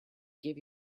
give